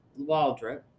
Waldrop